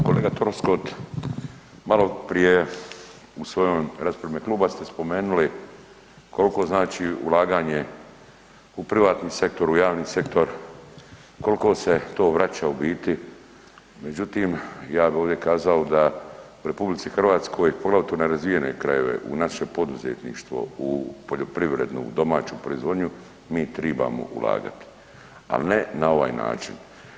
Kolega Troskot, maloprije u svojoj raspravi u ime kluba ste spomenuli koliko znači ulaganje u privatni sektor, u javni sektor, koliko se to vraća u biti, međutim ja bi ovdje kazao da RH poglavito u nerazvijene krajeve, u naše poduzetništvo, u poljoprivrednu domaću proizvodnju mi tribamo ulagat, ali ne na ovaj način.